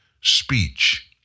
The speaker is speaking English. speech